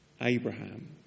Abraham